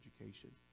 education